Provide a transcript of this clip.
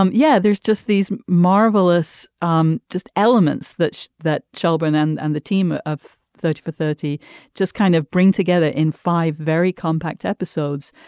um yeah. there's just these marvelous um just elements that that children and and the team of of thirty for thirty just kind of bring together in five very compact episodes.